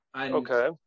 Okay